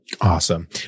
Awesome